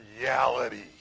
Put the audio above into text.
reality